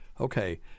okay